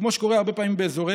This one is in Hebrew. כמו שקורה הרבה פעמים באזורנו,